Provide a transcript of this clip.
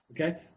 okay